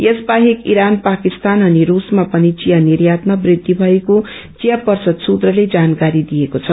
यस बाहेक इरान पाकिस्तान अनि रूसमा पनि विया निर्यातमा बृद्धी भएको विया पर्षद सुत्रले जानकारी दिएको छ